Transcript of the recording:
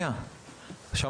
כרגע.